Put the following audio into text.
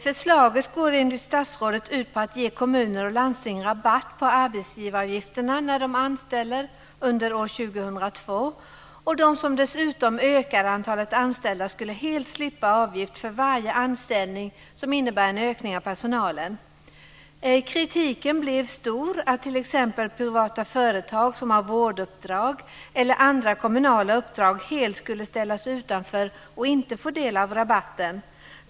Förslaget går enligt statsrådet ut på att ge kommuner och landsting rabatt på arbetsgivaravgifterna när de anställer under år 2002, och de som dessutom ökar antalet anställda skulle helt slippa avgift för varje anställning som innebär en ökning av personalen. Kritiken blir stor exempelvis mot att privata företag som har vårduppdrag eller andra kommunala uppdrag helt skulle ställas utanför och inte få del av rabatten.